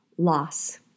Loss